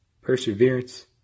perseverance